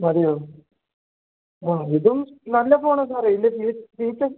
മതിയോ ആ ഇതും നല്ല ഫോണാണ് സാറെ ഇതിൻ്റ ഫീച്ചേർസ്